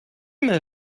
mail